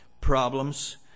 problems